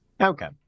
Okay